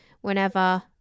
Whenever